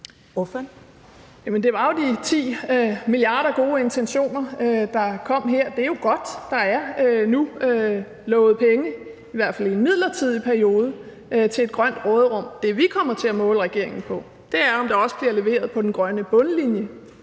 det var jo de 10 milliarder gode intentioner, der kom her. Det er jo godt, at der nu er lovet penge, i hvert fald i en midlertidig periode, til et grønt råderum. Det, vi kommer til at måle regeringen på, er, om der også bliver leveret på den grønne bundlinje,